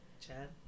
Chad